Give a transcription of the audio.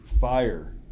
fire